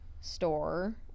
store